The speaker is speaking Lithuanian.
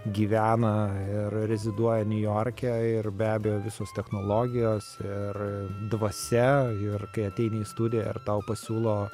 gyvena ir reziduoja niujorke ir be abejo visos technologijos ir dvasia ir kai ateini į studiją ir tau pasiūlo